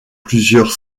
plusieurs